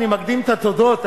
אני מקדים את התודות,